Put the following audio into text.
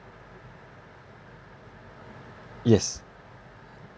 yes